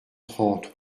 trente